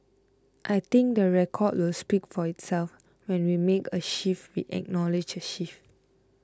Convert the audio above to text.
I think the record will speak for itself when we make a shift we acknowledge a shift